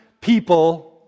people